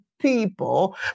people